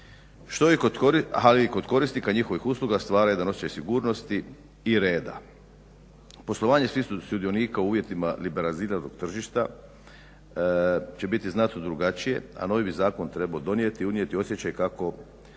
ali i kod korisnika njihovih usluga stvara jedan osjećaj sigurnosti i reda. Poslovanje svih sudionika u uvjetima liberaliziranog tržišta će biti znatno drugačije, a novi zakon trebao donijeti unijeti osjećaj kako